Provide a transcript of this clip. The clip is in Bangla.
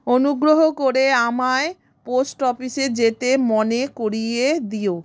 অনুগ্রহ করে আমায় পোস্ট অফিসে যেতে মনে করিয়ে দিও